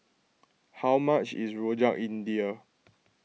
how much is Rojak India